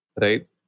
Right